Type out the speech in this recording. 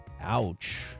Ouch